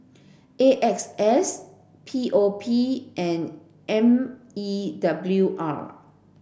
A X S P O P and M E W R